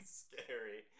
scary